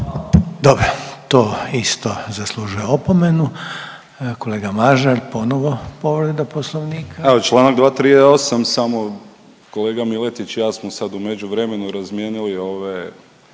Dobro, to isto zaslužuje opomenu. Kolega Mažar ponovo povreda Poslovnika. **Mažar, Nikola (HDZ)** Evo Članak 238., samo kolega Miletić i ja smo sad u međuvremenu razmijenili ove